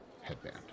headband